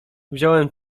wziąłem